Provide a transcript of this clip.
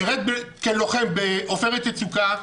הוא שירת כלוחם ב'עופרת יצוקה',